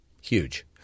huge